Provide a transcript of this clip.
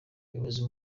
umuyobozi